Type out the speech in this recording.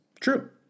True